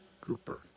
Grouper